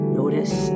notice